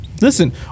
Listen